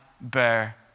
bear